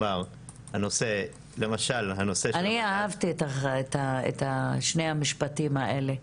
אני אהבתי את שני המשפטים האלה.